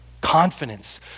Confidence